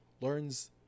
Learns